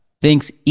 thinks